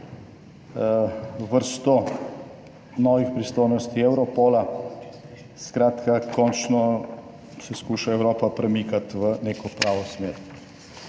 vrsto novih pristojnosti Europola, skratka končno se skuša Evropa premikati v neko pravo smer.